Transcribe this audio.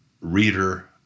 reader